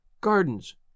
gardens